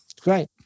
Great